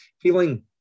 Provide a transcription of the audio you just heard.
feeling